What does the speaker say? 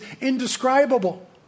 indescribable